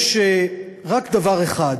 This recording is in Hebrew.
יש רק דבר אחד